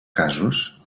casos